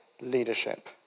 leadership